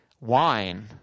wine